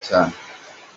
cyane